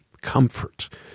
comfort